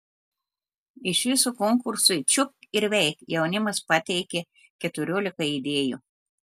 iš viso konkursui čiupk ir veik jaunimas pateikė keturiolika idėjų